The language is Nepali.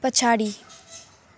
पछाडि